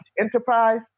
enterprise